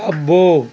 అబ్బో